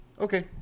okay